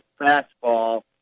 fastball